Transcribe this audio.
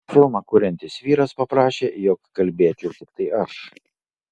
filmą kuriantis vyras paprašė jog kalbėčiau tiktai aš